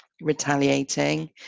retaliating